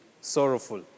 sorrowful